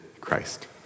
Christ